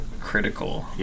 critical